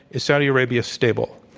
is saudi arabia stable?